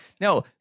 now